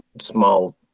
small